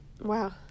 Wow